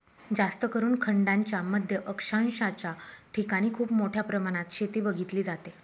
जास्तकरून खंडांच्या मध्य अक्षांशाच्या ठिकाणी खूप मोठ्या प्रमाणात शेती बघितली जाते